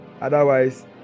Otherwise